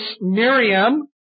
Miriam